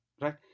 right